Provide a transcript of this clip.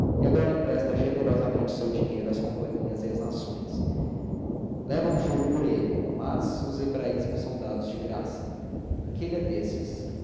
e agora empresta generosamente o seu dinheiro às companhias e às nações levam juro por ele mas os hebraísmos são dados de graça aquele é desses